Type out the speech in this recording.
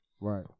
Right